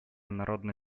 народно